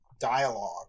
dialogue